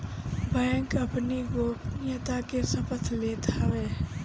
bank अपनी गोपनीयता के शपथ लेत हवे